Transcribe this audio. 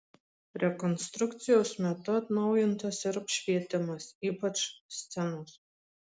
rekonstrukcijos metu atnaujintas ir apšvietimas ypač scenos